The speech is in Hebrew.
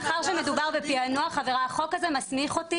מאחר שמדובר בפענוח עבירה החוק הזה מסמיך אותי